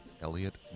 Elliot